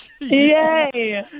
Yay